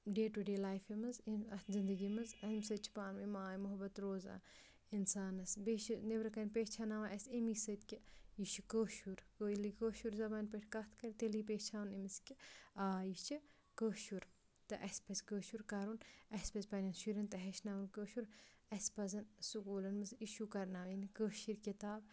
day to day لایِفہِ منٛز اِن اَتھ زندگی منٛز اَمہِ سۭتۍ چھِ پانہٕ ؤنۍ ماے تہٕ محبت روزان اِنسانَس بیٚیہِ چھِ نٮ۪برٕکَنۍ پہچاناوان اَسہِ ایٚمی سۭتۍ کہِ یہِ چھُ کٲشُر ییٚلہِ کٲشر زبانہِ پٮ۪ٹھ کَتھ کَرِ تیٚلی پہچاوَن أمِس کہِ آ یہِ چھِ کٲشُر تہٕ اَسہِ پَزِ کٲشُر کَرُن اَسہِ پَزِ پنٛنٮ۪ن شُرٮ۪ن تہِ ہیٚچھناوُن کٲشُر اَسہِ پَزَن سکوٗلَن منٛز اِشوٗ کَرناوٕنۍ کٲشِر کِتاب